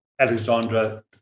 Alexandra